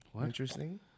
Interesting